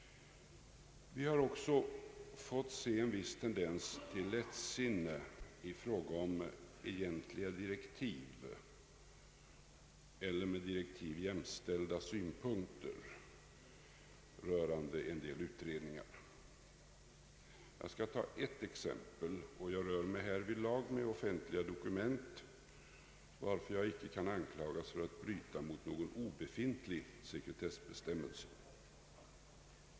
Vi har också fått se en viss tendens till lättsinne i fråga om egentliga direktiv eller med direktiv jämställda synpunkter rörande en del utredningar. Jag skall ta upp ett exempel; och jag rör mig härvidlag med offentliga dokument, varför jag inte kan anklagas för att bryta mot någon obefintlig sekretessbestämmelse.